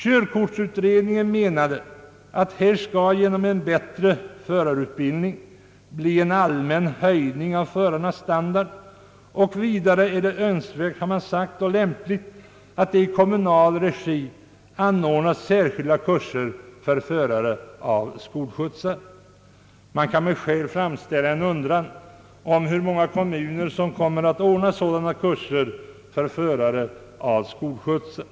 Körkortsutredningen menade att en förbättrad förarutbildning skulle resultera i en allmän höjning av förarnas standard och att det vidare är önskvärt och lämpligt att det i kommunal regi anordnas särskilda kurser för förare av skolskjutsar. Man kan med skäl undra hur många kommuner som kommer att anordna sådana kurser för förare av skolskjutsar.